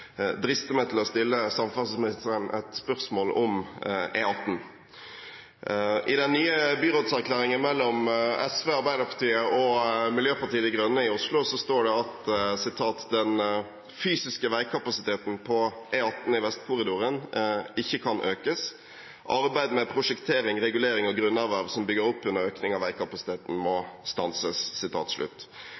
meg til å stille samferdselsministeren et spørsmål om E18. I den nye byrådserklæringen mellom SV, Arbeiderpartiet og Miljøpartiet De Grønne i Oslo står det at «den fysiske veikapasiteten på E18 i Vestkorridoren ikke kan økes. Arbeid med prosjektering, regulering og grunnerverv som bygger opp under økning av veikapasiteten må stanses».